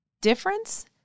difference